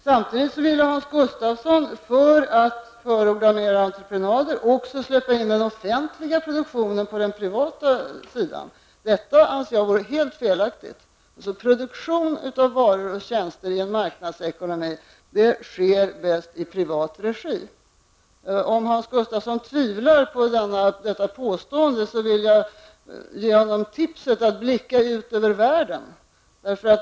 Samtidigt ville Hans Gustafsson, för att kunna förorda mer entreprenader, också släppa in den offentliga produktionen på den privata sidan. Detta vore helt felaktigt, anser jag. Produktion av varor och tjänster i en marknadsekonomi sker bäst i privat regi. Om Hans Gustafsson tvivlar på detta påstående, så vill jag ge honom tipset att blicka ut över världen.